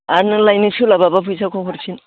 आंनो लायनो सोलाबाब्ला फैसाखौ हरफिन